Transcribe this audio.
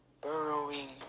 burrowing